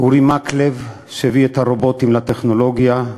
לאורי מקלב, שהביא את הרובוטים לטכנולוגיה,